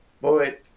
boy